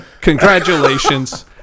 congratulations